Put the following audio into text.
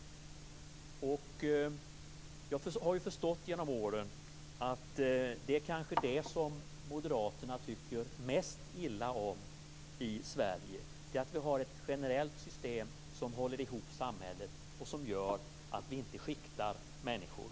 Vad jag har förstått genom åren är att det som moderaterna kanske tycker mest illa om i Sverige är att vi har ett generellt system som håller ihop samhället och som gör att vi inte skiktar människor.